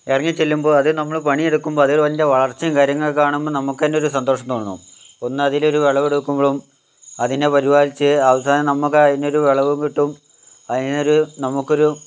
ഇറങ്ങി ചെല്ലുമ്പോൾ അതിൽ നമ്മള് പണിയെടുക്കുമ്പോൾ അതിൽ നല്ല വളർച്ചയും കാര്യങ്ങൾ കാണുമ്പോൾ നമുക്ക് തന്നെയൊരു സന്തോഷം തോന്നും ഒന്നതിലൊരു വിളവെടുക്കുമ്പോളും അതിനെ പരിപാലിച്ച് അവസാനം നമ്മക്കതിലൊരു വിളവും കിട്ടും അതിനൊരു നമ്മുക്കൊരു